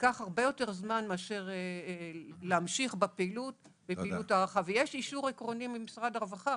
ייקח הרבה יותר זמן מאשר להמשיך בפעילות ויש אישור עקרוני ממשרד הרווחה,